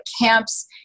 camps